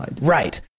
Right